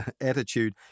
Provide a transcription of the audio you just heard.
attitude